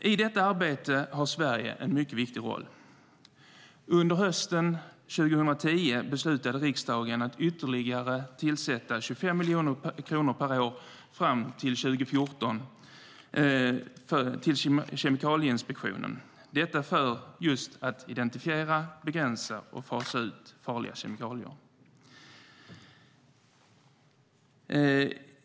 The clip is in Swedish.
I detta arbete har Sverige en mycket viktig roll. Under hösten 2010 beslutade riksdagen att tillföra ytterligare 25 miljoner kronor per år fram till 2014 till Kemikalieinspektionen, detta för att identifiera, begränsa och fasa ut farliga kemikalier.